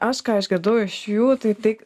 aš ką išgirdau iš jų tai tik